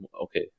okay